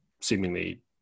seemingly